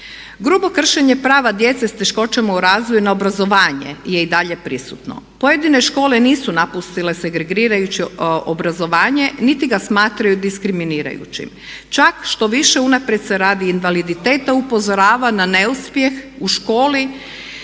Grubo kršenje prava djece s teškoćama u razvoju na obrazovanje je i dalje prisutno. Pojedine škole nisu napustile segregirajuće obrazovanje niti ga smatraju diskriminirajućim, čak štoviše unaprijed se radi invaliditeta upozorava na neuspjeh u školi.